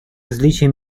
различие